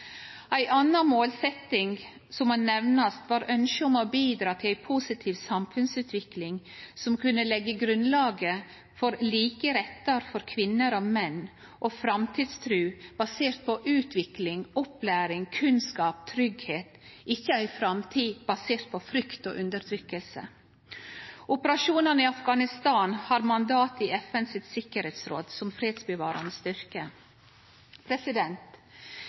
Ei anna målsetting som må nemnast, var ønsket om å bidra til ei positiv samfunnsutvikling som kunne leggje grunnlaget for like rettar for kvinner og menn og framtidstru basert på utvikling, opplæring, kunnskap og tryggleik – ikkje ei framtid basert på frykt og undertrykking. Operasjonane i Afghanistan har mandat i FNs tryggingsråd som fredsbevarande styrke.